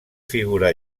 figura